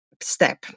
step